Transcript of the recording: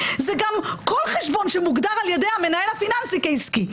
זה גם כל חשבון שמוגדר על ידי המנהל הפיננסי כעסקי.